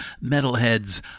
metalheads